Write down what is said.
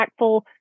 impactful